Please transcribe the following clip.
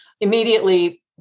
Immediately